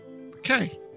Okay